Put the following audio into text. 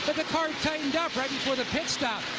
and right before the pit stop.